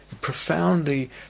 Profoundly